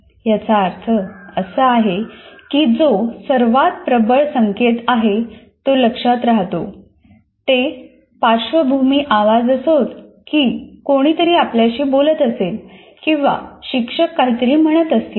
याचा अर्थ असा आहे की जो सर्वात प्रबळ संकेत आहे तो लक्षात राहतो ते पार्श्वभूमी आवाज असोत की कोणीतरी आपल्याशी बोलत असेल किंवा शिक्षक काहीतरी म्हणत असतील